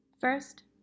First